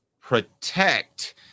protect